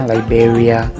Liberia